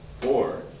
Four